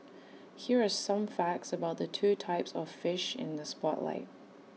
here are some facts about the two types of fish in the spotlight